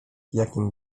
jakim